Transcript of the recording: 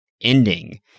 ending